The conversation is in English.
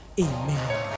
Amen